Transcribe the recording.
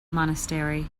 monastery